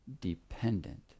dependent